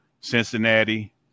Cincinnati